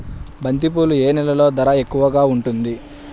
బంతిపూలు ఏ నెలలో ధర ఎక్కువగా ఉంటుంది?